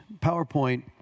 PowerPoint